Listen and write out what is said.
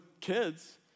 kids